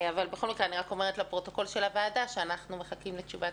אני אומרת לפרוטוקול הוועדה שאנחנו מחכים לתשובת